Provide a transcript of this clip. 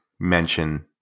mention